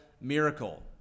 miracle